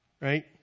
right